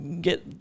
get